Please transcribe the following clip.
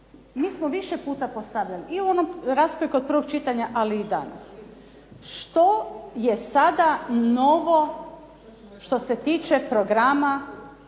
mi smo više postavljali i u onoj raspravi kod prvog čitanja, ali i danas, što je sada novo što se tiče programa